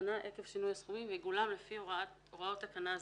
שהשתנה עקב שינוי הסכומים ועיגולם לפי הוראות תקנה זו."